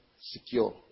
secure